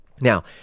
now